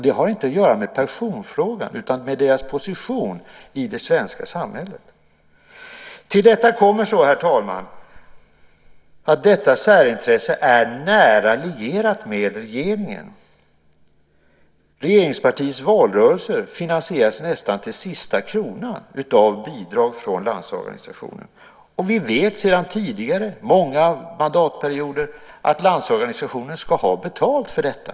Det har inte att göra med personfrågan utan med deras position i det svenska samhället. Herr talman! Till detta kommer så att detta särintresse är nära lierat med regeringen. Regeringspartiets valrörelser finansieras nästan till sista kronan av bidrag från Landsorganisationen. Vi vet sedan många tidigare mandatperioder att Landsorganisationen ska ha betalt för detta.